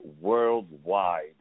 worldwide